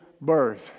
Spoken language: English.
birth